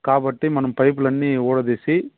కాబట్టి మనం పైపులన్నీ విడదీసి